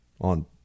on